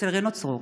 אצל רינו צרור.